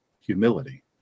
Humility